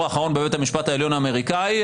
האחרון בבית המשפט העליון האמריקני,